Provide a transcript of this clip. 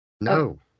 No